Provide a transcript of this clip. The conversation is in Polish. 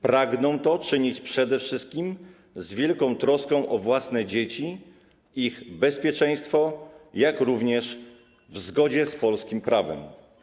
Pragną to czynić przede wszystkim z wielką troską o własne dzieci i ich bezpieczeństwo, jak również w zgodzie z polskim prawem.